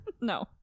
no